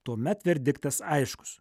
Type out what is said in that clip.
tuomet verdiktas aiškus